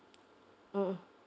mmhmm